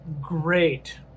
Great